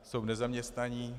Jsou nezaměstnaní.